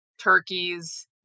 turkeys